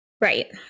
right